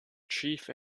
chief